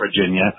Virginia